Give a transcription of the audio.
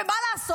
מה לעשות,